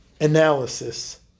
analysis